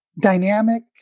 dynamic